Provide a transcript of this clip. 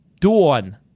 Dawn